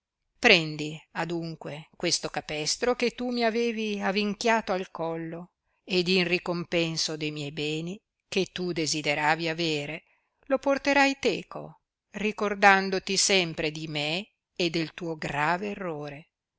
prendi adunque questo capestro che tu mi avevi avinchiato al collo ed in ricompenso de miei beni che tu desideravi avere lo porterai teco ricordandoti sempre di me e del tuo grave errore